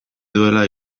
duela